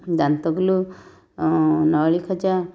ଦାନ୍ତଗୁଲୁ ନଳି ଖଜା